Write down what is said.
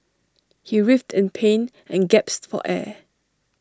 he writhed in pain and gasped for air